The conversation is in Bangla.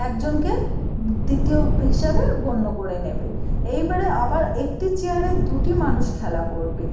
একজনকে তৃতীয় হিসাবে গণ্য করে নেবে এইবারে আবার একটি চেয়ারে দুটি মানুষ খেলা করবে